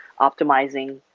optimizing